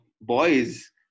boys